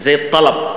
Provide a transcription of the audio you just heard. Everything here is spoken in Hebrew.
זה טָלָב.